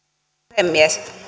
puhemies